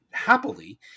happily